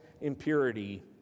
impurity